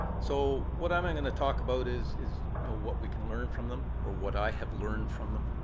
so what i'm going and and to talk about is is you know what we can learn from them, or what i have learned from them.